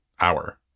hour